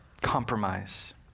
Compromise